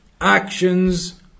Actions